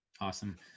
Awesome